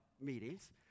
meetings